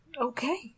Okay